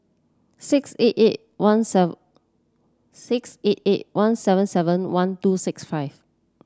six eight eight one seven six eight eight one seven seven one two six five